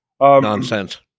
Nonsense